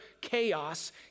chaos